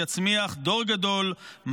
יצמיח דור גדול,